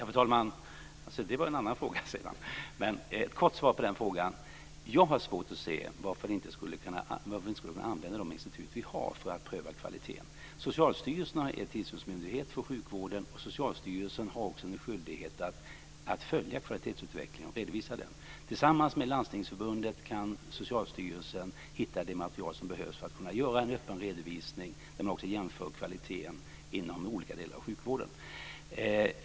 Fru talman! Det var en annan fråga. Ett kort svar på den frågan är att jag har svårt att se varför vi inte skulle kunna använda de institut vi har för att pröva kvaliteten. Socialstyrelsen är tillsynsmyndighet för sjukvården, och Socialstyrelsen har också en skyldighet att följa kvalitetsutvecklingen och redovisa den. Tillsammans med Landstingsförbundet kan Socialstyrelsen hitta det material som behövs för att kunna göra en öppen redovisning där man också jämför kvaliteten inom olika delar av sjukvården.